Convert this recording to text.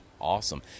awesome